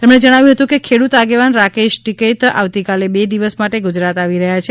તેમણે જણાવ્યું હતું ખેડૂત આગેવાન રાકેશ ટીકૈત આવતીકાલે બે દિવસ માટે ગુજરાત આવી રહ્યા છે